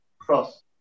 cross